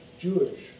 Jewish